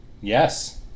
Yes